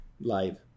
live